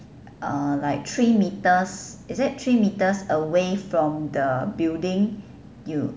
uh like three metres is it three metres away from the building you